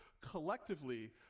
collectively